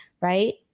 right